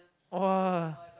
!wah!